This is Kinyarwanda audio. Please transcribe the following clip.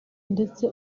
ndetse